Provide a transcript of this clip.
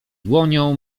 dłonią